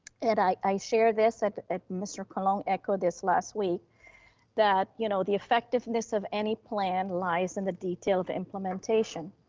and i i share this, and mr. colon echoed this last week that, you know, the effectiveness of any plan lies in the detail of implementation.